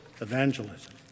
evangelism